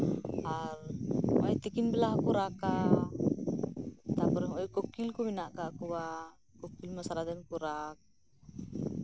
ᱛᱟᱨᱯᱚᱨᱮ ᱛᱤᱠᱤᱱ ᱵᱮᱲᱟ ᱦᱚᱸᱠᱚ ᱨᱟᱜᱼᱟ ᱛᱟᱨᱯᱚᱨᱮ ᱠᱳᱠᱤᱞ ᱠᱚ ᱢᱮᱱᱟᱜ ᱠᱟᱜ ᱠᱚᱣᱟ ᱠᱳᱠᱤᱞ ᱠᱚᱢᱟ ᱥᱟᱨᱟᱫᱤᱱᱢ ᱠᱚ ᱨᱟᱜ